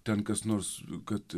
ten kas nors kad